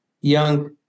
young